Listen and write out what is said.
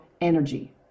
energy